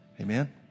Amen